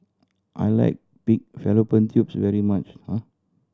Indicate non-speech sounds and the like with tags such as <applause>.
I like pig fallopian tubes very much <hesitation>